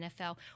NFL